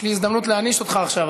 יש לי הזדמנות להעניש אותך עכשיו,